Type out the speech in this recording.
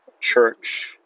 church